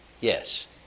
yes